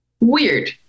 weird